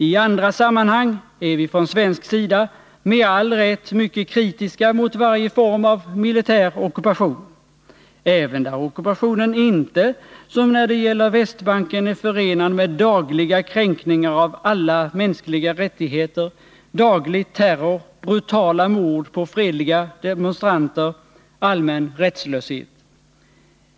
I andra sammanhang är vi från svensk sida med all rätt mycket kritiska mot varje form av militär ockupation, även där ockupationen inte som när det gäller Västbanken är förenad med dagliga kränkningar av alla mänskliga rättigheter, daglig terror, brutala mord på fredliga demonstranter och allmän rättslöshet.